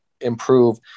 improve